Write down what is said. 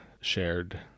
shared